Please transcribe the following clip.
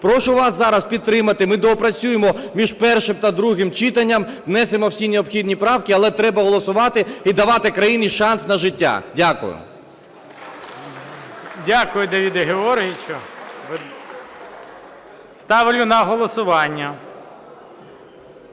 Прошу вас зараз підтримати. Ми доопрацюємо між першим та другим читанням, внесемо всі необхідні правки. Але треба голосувати і давати країні шанс на життя. Дякую. ГОЛОВУЮЧИЙ. Дякую, Давиде Георгійовичу. Ставлю на голосування…